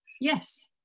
Yes